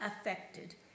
affected